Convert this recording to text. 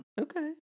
okay